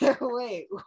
Wait